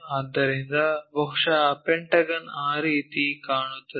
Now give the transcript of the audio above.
ಆದ್ದರಿಂದ ಬಹುಶಃ ಪೆಂಟಗನ್ ಆ ರೀತಿ ಕಾಣುತ್ತದೆ